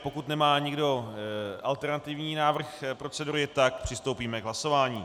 Pokud nemá nikdo alternativní návrh procedury, přistoupíme k hlasování.